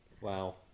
Wow